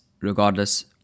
regardless